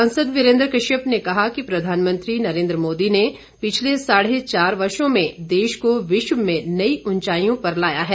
सांसद वीरेन्द्र कश्यप ने कहा कि प्रधानमंत्री नरेन्द्र मोदी ने पिछले साढ़े चार वर्षो में देश को विश्व में नई उंचाईयों पर लाया है